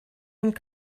und